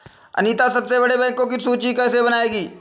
अनीता सबसे बड़े बैंकों की सूची कैसे बनायेगी?